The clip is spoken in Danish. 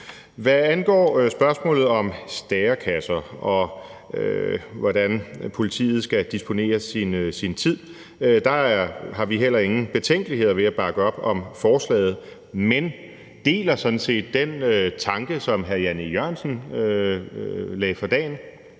Hvad angår spørgsmålet om stærekasser, og hvordan politiet skal disponere sin tid, har vi heller ingen betænkeligheder ved at bakke op om forslaget. Men vi deler sådan set den tanke, som hr. Jan E. Jørgensen lagde for dagen,